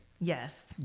Yes